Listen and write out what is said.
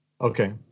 Okay